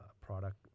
product